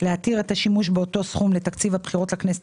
להתיר את השימוש באותו סכום לתקציב הבחירות לכנסת